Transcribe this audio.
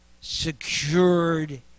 secured